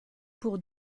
pour